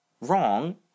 Wrong